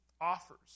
offers